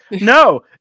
No